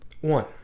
One